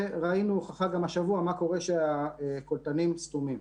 וראינו הוכחה גם השבוע מה קורה כשהקולטנים סתומים.